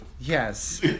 Yes